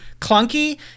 clunky